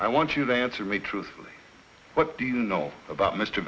i want you to answer me truthfully what do you know about m